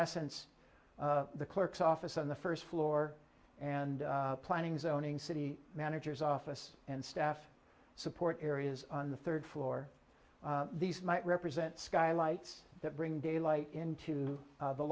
essence the clerk's office on the first floor and planning zoning city manager's office and staff support areas on the third floor these might represent skylights that bring daylight into the